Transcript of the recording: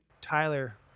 Tyler